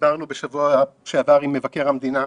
דיברנו בשבוע שעבר עם מבקר המדינה.